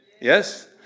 Yes